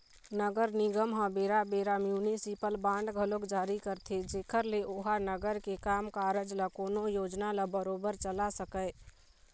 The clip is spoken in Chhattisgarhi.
नगर निगम ह बेरा बेरा म्युनिसिपल बांड घलोक जारी करथे जेखर ले ओहा नगर के काम कारज ल कोनो योजना ल बरोबर चला सकय